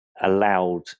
allowed